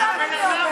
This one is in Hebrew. את בן אדם